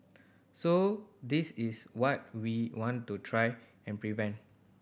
so this is what we want to try and prevent